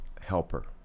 helper